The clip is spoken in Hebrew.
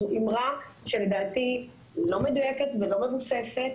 זו אמרה שלדעתי היא לא מדויקת ולא מבוססת,